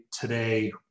today